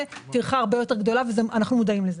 טרחה הרבה יותר גדולה ואנחנו מודעים לזה.